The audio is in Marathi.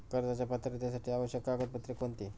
कर्जाच्या पात्रतेसाठी आवश्यक कागदपत्रे कोणती?